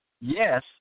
yes